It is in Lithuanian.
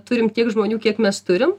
turim tiek žmonių kiek mes turim